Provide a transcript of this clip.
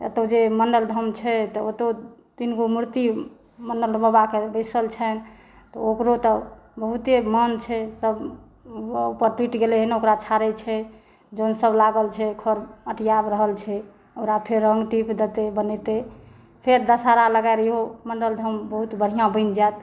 एतय जे मण्डन धाम छै ओतओ तीन गो मूर्ति मण्डन बाबाके बैसल छनि ओकरो तऽ बहुते मान छै सभ ओकर टुटि गेलै हन ओकरा छारै छै जनसभ लागल छै खर माटि आबि रहल छै ओकरा फेर रंगटिप देतै बनेतै देब फेर दशहरा लगालियो मण्डन धाम बहुत बढ़िआँ बनि जायत